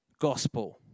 gospel